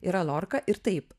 yra lorka ir taip